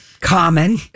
Common